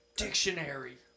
dictionary